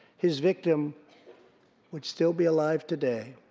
his victim would still be alive today.